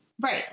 Right